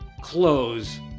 close